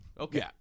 Okay